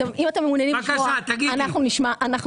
אם אתם מעוניינים לשמוע, אנחנו נשמיע.